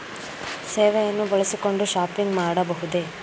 ಸೇವೆಯನ್ನು ಬಳಸಿಕೊಂಡು ಶಾಪಿಂಗ್ ಮಾಡಬಹುದೇ?